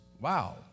Wow